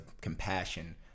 compassion